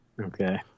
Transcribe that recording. Okay